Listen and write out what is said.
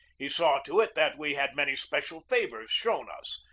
he saw to it that we had many special favors shown us.